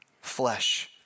flesh